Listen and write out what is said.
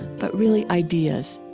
but really ideas.